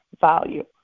value